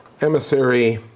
emissary